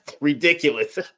Ridiculous